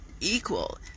equal